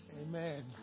Amen